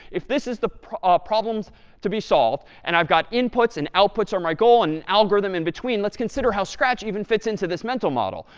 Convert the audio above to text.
if this is the problem to be solved and i've got inputs and outputs are my goal and an algorithm in between, let's consider how scratch even fits into this mental model.